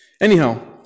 Anyhow